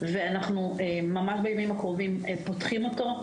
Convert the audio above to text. אנחנו ממש בימים הקרובים פותחים אותו.